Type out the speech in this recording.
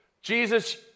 Jesus